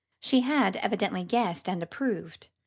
she had evidently guessed and approved.